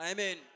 Amen